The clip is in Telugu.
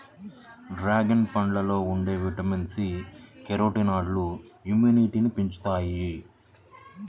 డ్రాగన్ పండులో ఉండే విటమిన్ సి, కెరోటినాయిడ్లు ఇమ్యునిటీని పెంచుతాయి